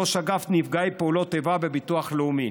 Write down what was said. ראש אגף נפגעי פעולות איבה בביטוח לאומי,